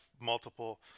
multiple